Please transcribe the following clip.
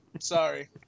sorry